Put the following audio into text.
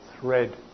thread